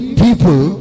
people